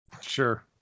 Sure